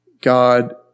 God